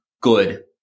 good